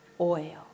oil